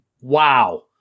Wow